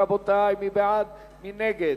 רבותי, מי בעד, מי נגד?